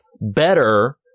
better